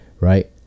right